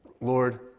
Lord